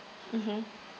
mmhmm